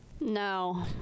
No